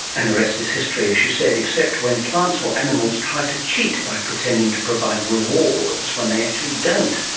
and the rest is history, as she said, except when plants or animals try to cheat by pretending to provide rewards when they actually don't,